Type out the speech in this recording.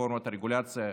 רפורמות הרגולציה,